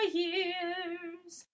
years